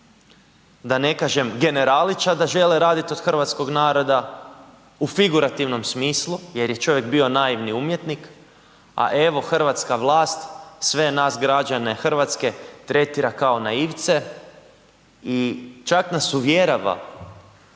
da ne kažem Generalića da žele raditi od hrvatskog naroda u figurativnom smislu jer je čovjek bio naivni umjetnik, a evo hrvatska vlast sve nas građane Hrvatske tretira kao naivce i čak nas uvjerava